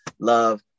Love